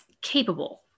capable